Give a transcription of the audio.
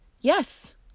yes